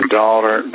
daughter